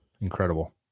incredible